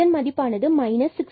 இதன் மதிப்பானது 61